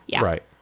right